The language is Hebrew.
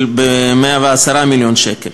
ב-110 מיליון שקל,